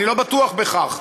אני לא בטוח בכך,